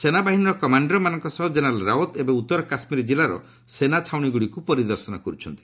ସେନାବାହିନୀର କମାଣ୍ଡରମାନଙ୍କ ସହ ଜେନେରାଲ୍ ରାଓ୍ୱତ୍ ଏବେ ଉତ୍ତର କାଶ୍ମୀର ଜିଲ୍ଲାର ସେନାଛାଉଣୀଗୁଡ଼ିକୁ ପରିଦର୍ଶନ କରୁଛନ୍ତି